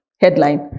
headline